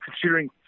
considering